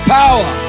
power